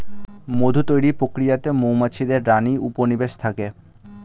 মধু তৈরির প্রক্রিয়াতে মৌমাছিদের রানী উপনিবেশে থাকে